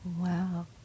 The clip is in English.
Wow